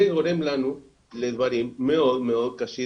זה גורם לנו לדברים מאוד מאוד קשים.